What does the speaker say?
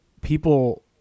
people